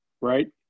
right